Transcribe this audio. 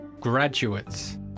graduates